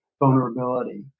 vulnerability